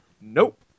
Nope